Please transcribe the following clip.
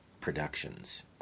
Productions